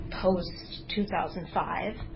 Post-2005